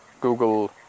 Google